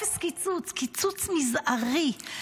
אפס קיצוץ, קיצוץ מזערי.